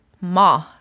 ma